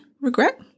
regret